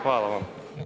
Hvala vam.